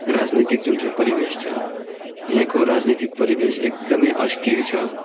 राजनीतिक जुन चाहिँ परिवेश छ यहाँको राजनीतिक परिवेश एकदमै अस्थिर छ